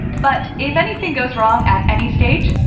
but, if anything goes wrong at any stage,